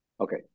Okay